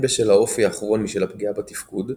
הן בשל האופי הכרוני של הפגיעה בתפקוד,